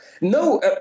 No